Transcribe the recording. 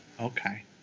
Okay